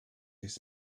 his